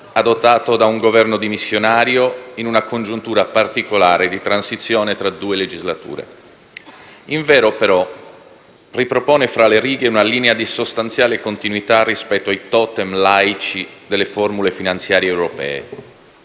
adottato da un Governo dimissionario in una congiuntura particolare di transizione tra due legislature. Invero, però, ripropone fra le righe una linea di sostanziale continuità rispetto ai *totem* laici delle formule finanziarie europee: